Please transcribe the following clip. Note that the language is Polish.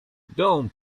dąb